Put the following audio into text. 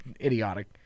idiotic